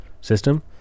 system